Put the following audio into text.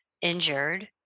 injured